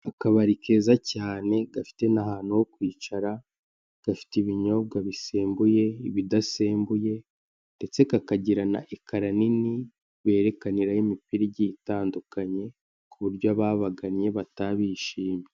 Akabari keza cyane gafite n'ahantu ho kwicara gafite ibinyobwa bisembuye, ibidasembuye ndetse kakagira na ekara nini berekaniraho imipira igiye itandukanye ku buryo ababagannye bataha bishimye.